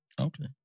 Okay